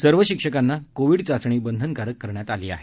सर्व शिक्षकांना कोविड चाचणी बंधनकारक करण्यात आली आहे